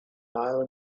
mile